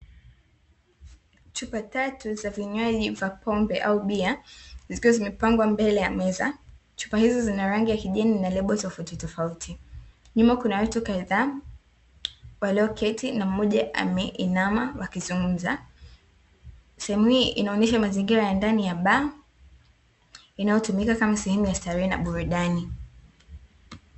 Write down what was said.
Chupa tatu za vinywaji vya pombe au bia, zikiwa zimepangwa mbele ya meza. Chupa hizi zina rangi, ya kijani na lebo tofautitofauti nyuma kuna watu kadhaa walioketi na mmoja ameinama wakizungumza sehemu hii inaonyesha mazingira ya ndani ya baa inayotumika kama sehemu ya starehe na burudani.